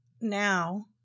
now